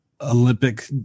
Olympic